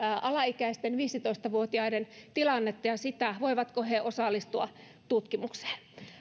alaikäisten ja viisitoista vuotiaiden tilannetta ja sitä voivatko he osallistua tutkimukseen